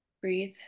breathe